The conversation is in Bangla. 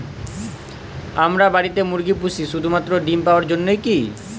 আমরা বাড়িতে মুরগি পুষি শুধু মাত্র ডিম পাওয়ার জন্যই কী?